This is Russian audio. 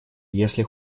если